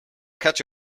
catch